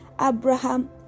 Abraham